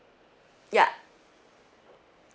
ya